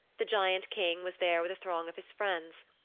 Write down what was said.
the giant king was there with a throng of his friends.